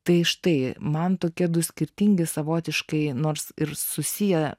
tai štai man tokie du skirtingi savotiškai nors ir susiję